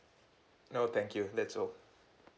no thank you that's all